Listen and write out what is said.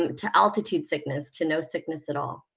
um to altitude sickness to no sickness at all.